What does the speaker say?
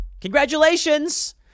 Congratulations